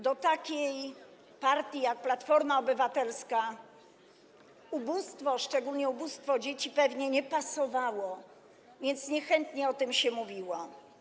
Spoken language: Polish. Do takiej partii jak Platforma Obywatelska ubóstwo, szczególnie ubóstwo dzieci, pewnie nie pasowało, więc niechętnie się o tym mówiło.